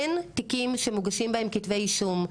אין תיקים שמוגשים בהם כתבי אישום,